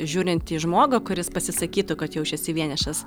žiūrint į žmogų kuris pasisakytų kad jaučiasi vienišas